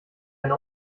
eine